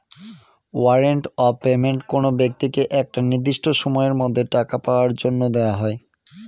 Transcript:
warrant of payment কোনো ব্যক্তিকে একটা নির্দিষ্ট সময়ের মধ্যে টাকা পাওয়ার জন্য দেওয়া হয়